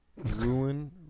Ruin